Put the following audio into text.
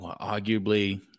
arguably